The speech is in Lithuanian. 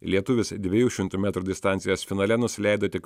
lietuvis dviejų šimtų metrų distancijos finale nusileido tik